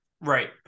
Right